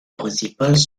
principales